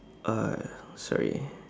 uh sorry